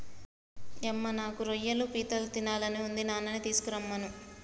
యమ్మ నాకు రొయ్యలు పీతలు తినాలని ఉంది నాన్ననీ తీసుకురమ్మను